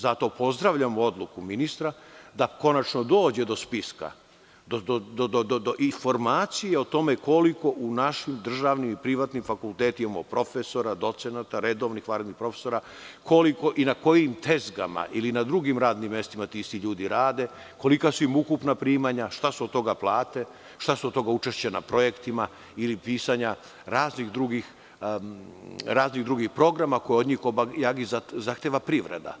Zato pozdravljamodluku ministra da konačno dođe do spiska, do informacije o tome koliko u našim državnim, privatnim fakultetima ima profesora, docenata, redovnih i vanrednih profesora, koliko i na kojim drugim radnim mestima ti isti ljudi rade, kolika su im ukupna primanja, šta su od toga plate, šta su od toga učešća na projektima ili pisanja raznih drugih programa koje od njih kobajagi zahteva privreda.